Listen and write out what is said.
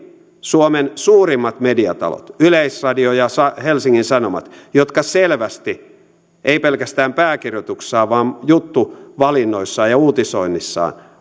suomen suurimmat mediatalot yleisradio ja helsingin sanomat jotka selvästi eivät pelkästään pääkirjoituksissaan vaan juttuvalinnoissaan ja uutisoinnissaan